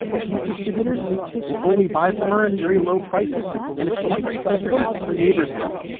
cheese distributors will only buy from her at very low prices. and if she doesn't sell to them, her neighbors will.